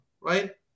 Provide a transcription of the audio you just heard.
Right